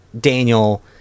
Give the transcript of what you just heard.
Daniel